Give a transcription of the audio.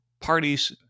parties